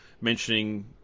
mentioning